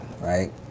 right